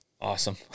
Awesome